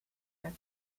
that